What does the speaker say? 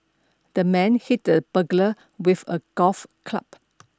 the man hit the burglar with a golf club